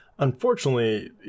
unfortunately